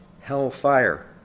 Hellfire